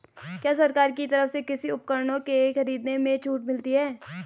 क्या सरकार की तरफ से कृषि उपकरणों के खरीदने में छूट मिलती है?